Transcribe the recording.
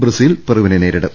Brazil പെറുവിനെ നേരിടും